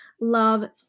love